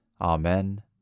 Amen